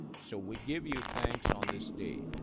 so we give you thanks on this day.